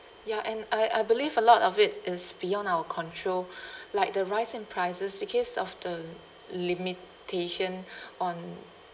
ya and I I believe a lot of it is beyond our control like the rise in prices because of the limitation on